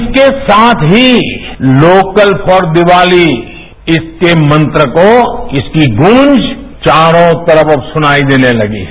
इसके साथ ही लोकल फॉर दीवाली इसके मंत्र को इसकी गूंज चारों तरफ अब सुनाई देने लगी है